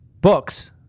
books